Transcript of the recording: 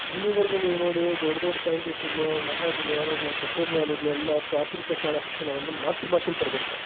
ಇಲ್ಲಿವರೆಗೂ ನೀವು ನೋಡಿ ದೊಡ್ಡ ದೊಡ್ಡ ಸೈಂಟಿಸ್ಟ್ಗಳು ಮಹಾಜ್ಞಾನಿಗಳು ತತ್ವಜ್ಞಾನಿಗಳು ಎಲ್ಲ ಅವ್ರ ಪ್ರಾಥಮಿಕ ಶಾಲಾ ಶಿಕ್ಷಣವನ್ನು ಮಾತೃಭಾಷೆಲಿ ಪಡೆದಿರ್ತಾರೆ